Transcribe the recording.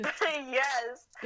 yes